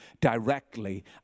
directly